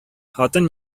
хатын